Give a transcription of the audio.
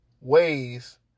ways